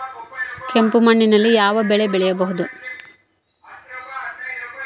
ಕೆಂಪು ಮಣ್ಣಿನಲ್ಲಿ ಯಾವ ಬೆಳೆ ಬೆಳೆಯಬಹುದು?